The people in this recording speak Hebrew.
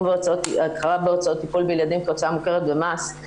ההכרה בהוצאות טיפול בילדים כהוצאה מוכרת במס,